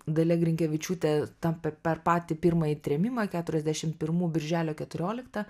dalia grinkevičiūtė tam per per patį pirmąjį trėmimą keturiasdešim pirmų birželio keturioliktą